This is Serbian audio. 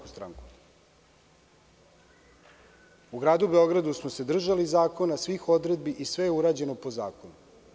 U gradu Beogradu smo se držali zakona, svih odredbi i sve je urađeno po zakonu.